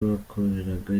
bakoreraga